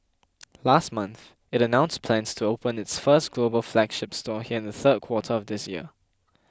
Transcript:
last month it announced plans to open its first global flagship store here in the third quarter of this year